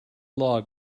log